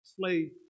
slave